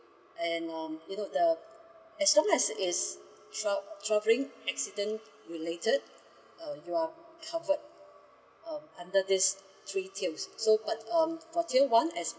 and um you know the as long as is tra~ traveling accident related uh you are covered uh under these three tiers so but um for tier one as